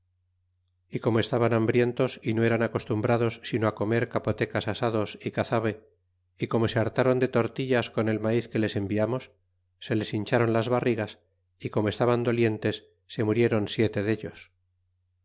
y como estaban hambrientos y no eran acostumbrados sino comer capotecas asados y cazabe y como se hartaron de tortillas con el maiz que les enviamos se les hincharon las barrigas é como estaban dolientes se murieron siete dellos